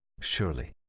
surely